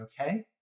okay